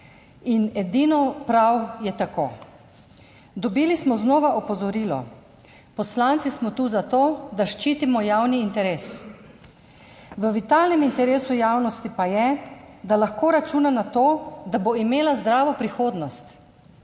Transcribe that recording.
in edino prav je tako. Dobili smo znova opozorilo: poslanci smo tu zato, da ščitimo javni interes. V vitalnem interesu javnosti pa je, da lahko računa na to, da bo imela zdravo prihodnost